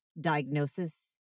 diagnosis